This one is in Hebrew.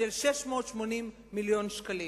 של 680 מיליון שקלים.